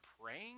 praying